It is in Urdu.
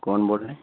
کون بول رہیں